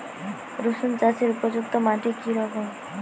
রুসুন চাষের উপযুক্ত মাটি কি রকম?